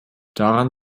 daran